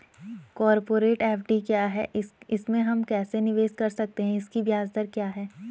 Corporate FD क्या है इसमें हम कैसे निवेश कर सकते हैं इसकी ब्याज दर क्या है?